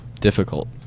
difficult